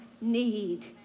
need